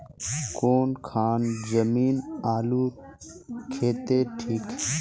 कौन खान जमीन आलूर केते ठिक?